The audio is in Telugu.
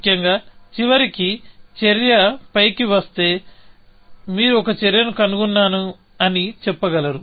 ముఖ్యంగా చివరికి చర్య పైకి వస్తే మీరు ఒక చర్యను కనుగొన్నాను అని చెప్పగలరు